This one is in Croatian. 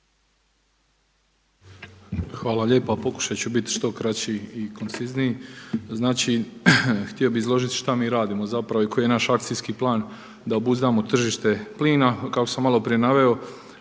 Hvala lijepa. Pokušat ću bit što kraći i koncizniji. Znači, htio bih izložiti šta mi radimo zapravo i koji je naš akcijski plan da obuzdamo tržište plina. Kako sam malo prije naveo